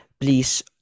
please